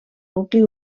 nucli